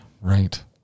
Right